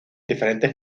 diferentes